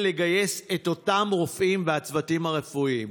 לגייס את אותם רופאים וצוותים רפואיים.